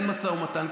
אין משא ומתן,